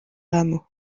rameaux